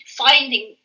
finding